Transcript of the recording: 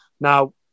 Now